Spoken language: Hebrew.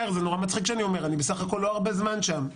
מצחיק שאני אומר, אני בסך הכול לא הרבה זמן שם.